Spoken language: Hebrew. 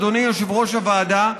אדוני יושב-ראש הוועדה,